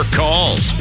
calls